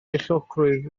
beichiogrwydd